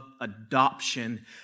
adoption